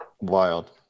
Wild